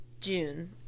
June